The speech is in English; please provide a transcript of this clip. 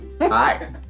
Hi